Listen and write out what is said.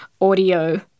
audio